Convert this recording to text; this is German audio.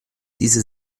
diese